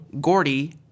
Gordy